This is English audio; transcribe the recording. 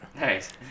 Nice